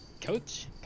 Coach